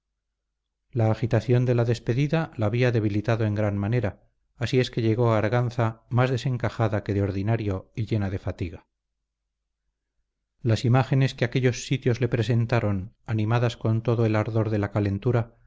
la agitación de la despedida la había debilitado en gran manera así es que llegó a arganza más desencajada que de ordinario y llena de fatiga las imágenes que aquellos sitios le presentaron animadas con todo el ardor de la calentura